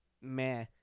meh